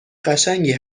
قشنگی